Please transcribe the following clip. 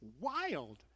wild